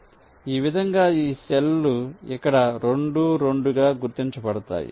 కాబట్టి ఈ విధంగా ఈ సెల్ లు ఇక్కడ 2 2 గా గుర్తించబడతాయి